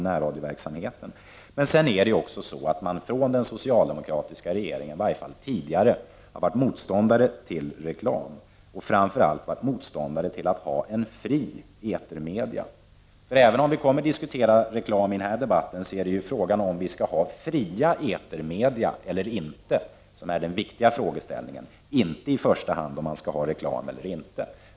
Från den socialdemokratiska regeringens sida har man i varje fall tidigare varit motståndare till reklam och framför allt till fria etermedia. Även om vi kommer att diskutera reklam i den här debatten är det frågan om huruvida vi skall ha fria etermedia eller inte som är den viktiga frågan. Det viktiga är således inte i första hand om det skall vara reklam eller inte.